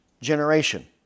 generation